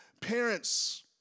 Parents